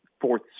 fourth